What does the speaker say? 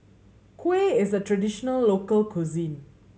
kuih is a traditional local cuisine